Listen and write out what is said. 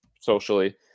socially